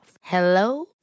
Hello